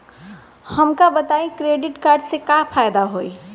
हमका बताई credit card से का फायदा होई?